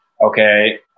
okay